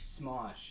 Smosh